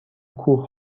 کوه